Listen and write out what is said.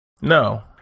No